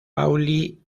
pauli